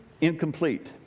Incomplete